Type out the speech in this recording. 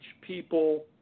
people